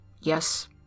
yes